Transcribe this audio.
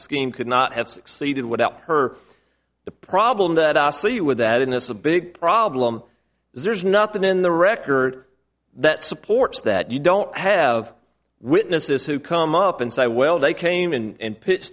scheme could not have succeeded without her the problem that i see with that in this a big problem is there's nothing in the record that supports that you don't have witnesses who come up and say well they came in and pitch